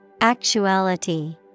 Actuality